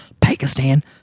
Pakistan